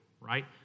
right